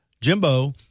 Jimbo